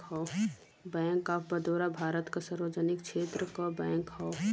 bank of Baroda Bharat क सार्वजनिक क्षेत्र क बैंक हौ